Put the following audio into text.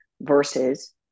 versus